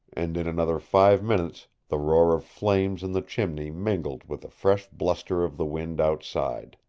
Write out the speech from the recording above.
and in another five minutes the roar of flames in the chimney mingled with a fresh bluster of the wind outside.